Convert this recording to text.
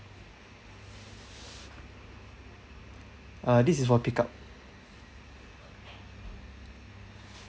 uh this is for pick up